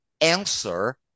answer